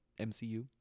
MCU